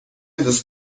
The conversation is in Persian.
دوست